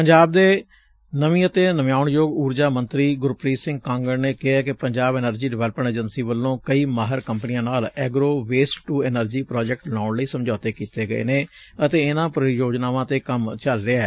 ਪੰਜਾਬ ਦੇ ਨਵੀਂ ਅਤੇ ਨਵਿਆਉਣਯੋਗ ਊਰਜਾ ਮੰਤਰੀ ਗੁਰਪ੍ਰੀਤ ਸਿੰਘ ਕਾਂਗੜ ਨੇ ਕਿਹੈ ਕਿ ਪੰਜਾਬ ਐਨਰਜੀ ਡਿਵੈਲਪਮੈਂਟ ਏਜੰਸੀ ਵੱਲੋਂ ਕਈ ਮਾਹਿਰ ਕੰਪਨੀਆਂ ਨਾਲ agro waste to energy project ਲਾਉਣ ਲਈ ਸਮਝੌਤੇ ਕੀਤੇ ਗਏ ਨੇ ਅਤੇ ਇਨੁਾ ਪਰਿਯੋਜਨਾਵਾ ਤੇ ਕੰਮ ਚਲ ਰਿਹੈ